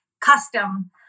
custom